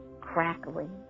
crackling